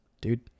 dude